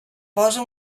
posa